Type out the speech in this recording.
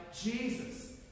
Jesus